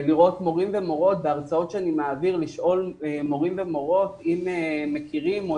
לשאול מורים ומורות בהרצאות שאני מעביר אם מכירים או